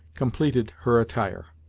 completed her attire.